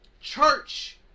Church